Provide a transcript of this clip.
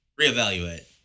reevaluate